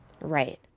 Right